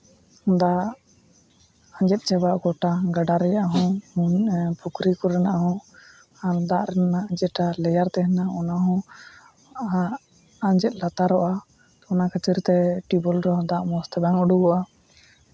ᱫᱟᱜ ᱟᱸᱡᱮᱫ ᱪᱟᱵᱟᱜᱼᱟ ᱜᱚᱴᱟ ᱜᱟᱰᱟ ᱨᱮᱭᱟᱜ ᱦᱚᱸ ᱯᱩᱠᱷᱨᱤ ᱠᱚᱨᱮᱱᱟᱜ ᱦᱚᱸ ᱫᱟᱜ ᱨᱮᱱᱟᱜ ᱡᱮᱴᱟ ᱞᱮᱭᱟᱨ ᱛᱟᱦᱮᱱᱟ ᱚᱱᱟ ᱦᱚᱸ ᱟᱸᱡᱮᱫ ᱞᱟᱛᱟᱨᱚᱜᱼᱟ ᱚᱱᱟ ᱠᱷᱟᱹᱛᱤᱨ ᱛᱮ ᱴᱤᱭᱩᱵᱚᱭᱮᱞ ᱨᱮᱦᱚᱸ ᱫᱟᱜ ᱢᱚᱡᱽ ᱛᱮ ᱵᱟᱝ ᱩᱰᱩᱠᱚᱜᱼᱟ